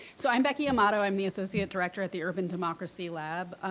so i'm becky amato, i'm the associate director at the urban democracy lab.